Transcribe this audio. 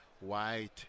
white